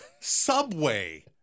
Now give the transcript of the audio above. Subway